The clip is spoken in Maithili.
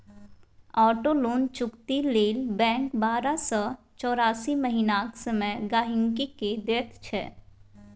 आटो लोन चुकती लेल बैंक बारह सँ चौरासी महीनाक समय गांहिकी केँ दैत छै